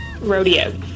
Rodeo